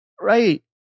Right